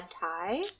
tie